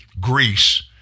Greece